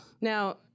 now